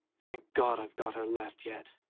thank god, i've got her left yet,